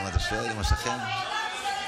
(מתווה לשינוי שיטת היבוא(,